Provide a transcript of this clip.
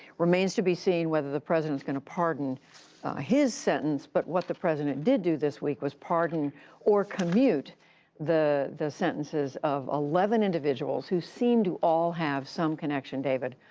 remains to be seen whether the president's going to pardon his sentence. but what the president did do this week was pardon or commute the the sentences of eleven individuals who seem to all have some connection, david,